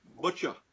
Butcher